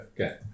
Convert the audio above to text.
Okay